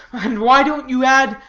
and why don't you add,